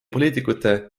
poliitikute